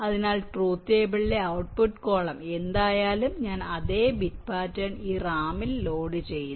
അതിനാൽ ട്രൂത് ടേബിളിലെ output column എന്തായാലും ഞാൻ അതേ ബിറ്റ് പാറ്റേൺ ഈ റാമിൽ ലോഡ് ചെയ്യുന്നു